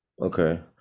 Okay